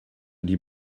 die